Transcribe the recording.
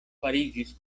fariĝis